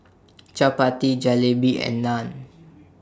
Chapati Jalebi and Naan